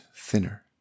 thinner